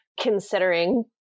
considering